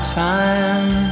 time